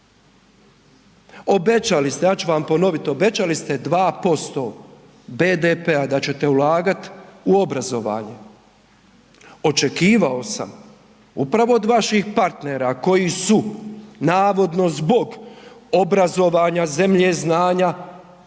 Obećali ste, ja ću vam ponoviti, obećali ste 2% BDP-a da ćete ulagati u obrazovanje. Očekivao sam upravo od vaših partnera koji su navodno zbog obrazovanja, zemlje znanja